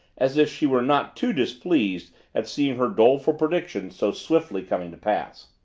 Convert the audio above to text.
as if she were not too displeased at seeing her doleful predictions so swiftly coming to pass.